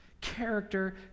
Character